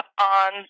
on